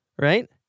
right